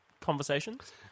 Conversations